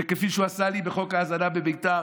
וכפי שהוא עשה לי בחוק ההאזנה בביתר,